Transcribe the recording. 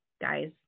guys